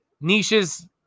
niches